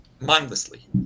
mindlessly